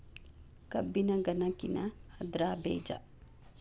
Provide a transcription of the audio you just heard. ಕಬ್ಬಿನ ಗನಕಿನ ಅದ್ರ ಬೇಜಾ